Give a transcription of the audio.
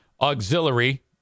Auxiliary